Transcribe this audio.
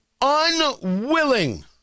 unwilling